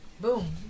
Boom